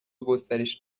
گسترش